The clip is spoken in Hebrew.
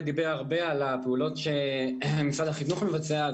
דיבר הרבה על הפעולות שמשרד החינוך מבצע.